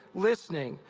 listening,